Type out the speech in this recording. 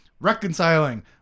reconciling